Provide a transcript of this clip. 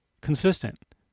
consistent